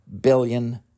billion